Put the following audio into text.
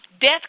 Death